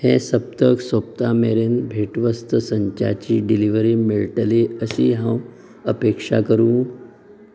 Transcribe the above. हें सप्तक सोंपता मेरेन भेटवस्त संचाची डिलिव्हरी मेळटली अशी हांव अपेक्षा करूं